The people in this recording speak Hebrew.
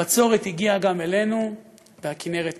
הבצורת הגיעה גם אלינו והכינרת מתייבשת.